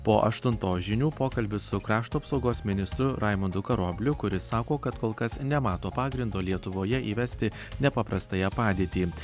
po aštuntos žinių pokalbis su krašto apsaugos ministru raimundu karobliu kuris sako kad kol kas nemato pagrindo lietuvoje įvesti nepaprastąją padėtį